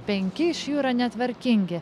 penki iš jų yra netvarkingi